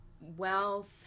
wealth